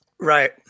Right